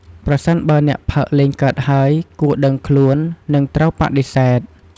ប្រសិនបើអ្នកផឹកលែងកើតហើយ គួរដឹងខ្លួន និងត្រូវបដិសេធ។